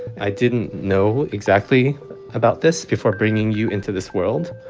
i didn't know exactly about this before bringing you into this world.